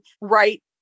right